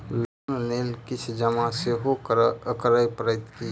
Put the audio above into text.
Loan लेल किछ जमा सेहो करै पड़त की?